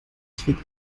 krieg